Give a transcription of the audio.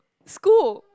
scold